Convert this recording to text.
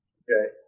okay